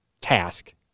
task